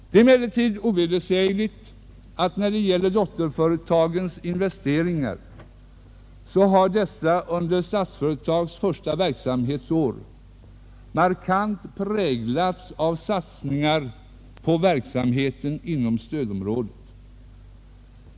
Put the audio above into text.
Det är emellertid ovedersägligt att när det gäller dotterföretagens investeringar så har dessa under Statsföretags första verksamhetsår markant präglats av satsningar på verksamhet inom stödområdet.